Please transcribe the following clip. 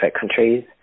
countries